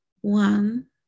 One